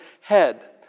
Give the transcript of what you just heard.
head